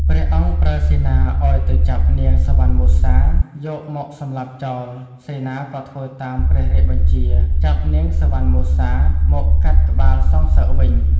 ព្រះអង្គប្រើសេនាឲ្យទៅចាប់នាង សុវណ្ណមសា យកមកសម្លាប់ចោល សេនាក៏ធ្វើតាមព្រះរាជបញ្ជា ចាប់នាងសុវណ្ណមសា មកកាត់ក្បាលសងសឹកវិញ។